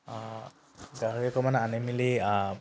গাহৰি অকণমান আনি মেলি